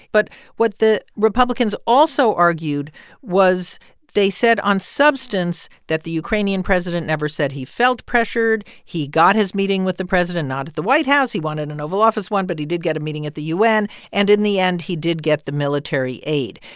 but what the republicans also argued was they said on substance that the ukrainian president never said he felt pressured. he got his meeting with the president not at the white house. he wanted an oval office one, but he did get a meeting at the un. and in the end, he did get the military aid.